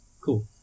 Cool